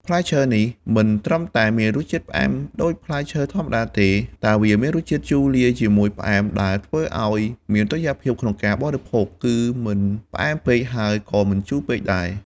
ផ្លែឈើនេះមិនត្រឹមតែមានរសជាតិផ្អែមដូចផ្លែឈើធម្មតាទេ តែវាមានរសជាតិជូរលាយជាមួយផ្អែមដែលធ្វើឱ្យមានតុល្យភាពក្នុងការបរិភោគ គឺមិនផ្អែមពេកហើយក៏មិនជូរពេកដែរ។